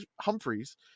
Humphreys